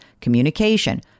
communication